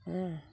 ᱦᱮᱸᱻ